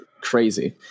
crazy